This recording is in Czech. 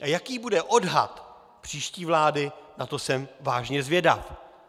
A jaký bude odhad příští vlády, na to jsem vážně zvědav.